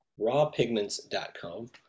RawPigments.com